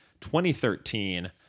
2013